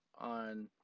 on